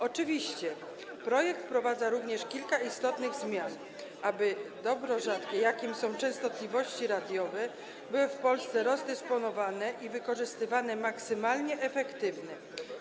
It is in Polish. Oczywiście projekt wprowadza również kilka istotnych zmian, aby dobro rzadkie, jakim są częstotliwości radiowe, było w Polsce rozdysponowane i wykorzystywane maksymalnie efektywnie.